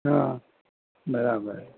હા બરાબર